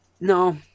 No